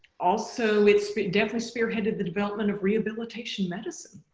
also it's but definitely spearheaded the development of rehabilitation medicine